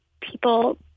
people